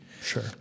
Sure